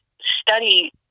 study